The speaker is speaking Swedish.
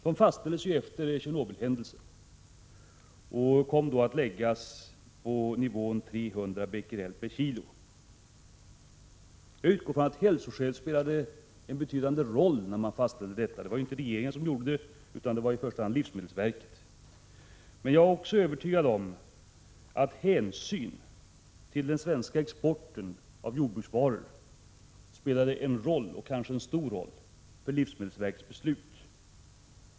De fastställdes ju efter Tjernobylhändelsen och kom då att läggas på nivån 300 Bq/kg. Jag utgår ifrån att hälsoskäl spelade en betydande roll när man fastställde dessa riktvärden; det var inte regeringen utan i första hand livsmedelsverket som fastställde värdena. Jag är emellertid övertygad om att också hänsyn till den svenska exporten av jordbruksvaror spelade en roll, kanske en stor roll, för livsmedelsverkets beslut.